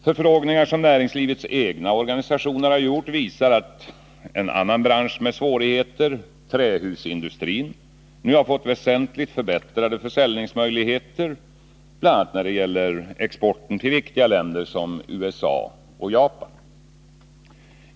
Förfrågningar som näringslivets egna organisationer gjort visar att en annan bransch med svårigheter, trähusindustrin, nu fått väsentligt förbättrade försäljningsmöjligheter, bl.a. när det gäller exporten till viktiga länder som USA och Japan.